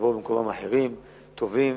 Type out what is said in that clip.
ויבואו במקומם אחרים וטובים